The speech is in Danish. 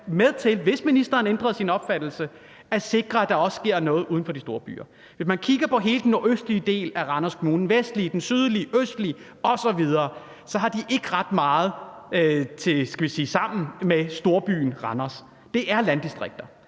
med til, hvis ministeren ændrede sin opfattelse, at sikre, at der også sker noget uden for de store byer. Hvis man kigger på hele den nordøstlige del af Randers Kommune, den vestlige, den sydlige, den østlige osv., så har de ikke ret meget tilfælles med storbyen Randers. Det er landdistrikter.